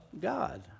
God